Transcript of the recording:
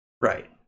right